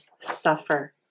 suffer